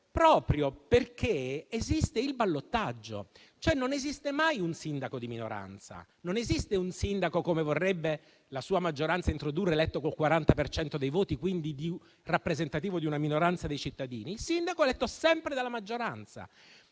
proprio perché esiste il ballottaggio. Non esiste mai un sindaco di minoranza. Non esiste un sindaco, come quello che la sua maggioranza vorrebbe introdurre, eletto con il 40 per cento dei voti e, quindi, rappresentativo di una minoranza dei cittadini. Il sindaco è eletto sempre dalla maggioranza